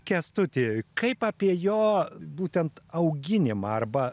kęstuti kaip apie jo būtent auginimą arba